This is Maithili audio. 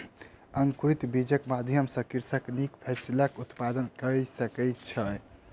अंकुरित बीजक माध्यम सॅ कृषक नीक फसिलक उत्पादन कय सकै छै